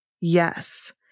yes